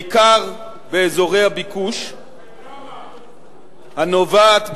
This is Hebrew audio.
בעיקר באזורי הביקוש, בכמה?